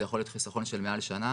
זה יכול להיות חיסכון של מעל שנה.